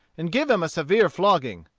and give him a severe flogging.